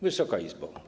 Wysoka Izbo!